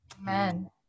Amen